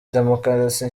demokarasi